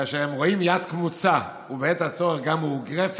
כאשר הם רואים יד קמוצה ובעת הצורך גם מאוגרפת,